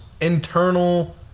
internal